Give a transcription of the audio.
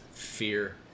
fear